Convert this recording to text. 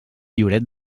lloret